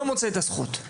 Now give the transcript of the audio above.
לא תמצא את הזכות.